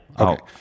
Okay